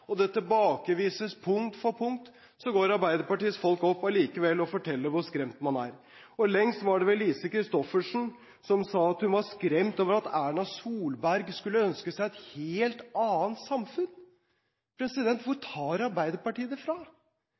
og det tilbakevises punkt for punkt, går likevel Arbeiderpartiets folk opp og forteller hvor skremt man er. Og lengst gikk vel Lise Christoffersen, som sa at hun var «skremt» over at Erna Solberg skulle ønske seg et helt annet samfunn. Hvor tar Arbeiderpartiet det fra?